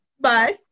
Bye